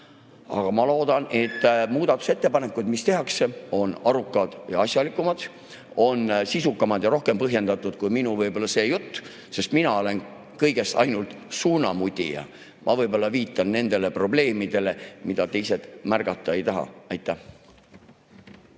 Aga ma loodan, et muudatusettepanekud, mis tehakse, on arukad ja asjalikumad, sisukamad ja rohkem põhjendatud kui võib-olla see minu jutt. Mina olen kõigest ainult suunamudija, ma võib-olla viitan nendele probleemidele, mida teised märgata ei taha. Aitäh!